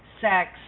sex